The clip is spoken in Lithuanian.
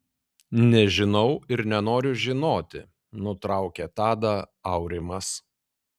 nežinau ir nenoriu žinoti nutraukė tadą aurimas